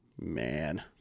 Man